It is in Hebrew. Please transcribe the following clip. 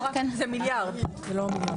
זה מיליארד ולא מיליון.